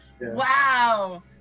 Wow